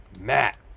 matt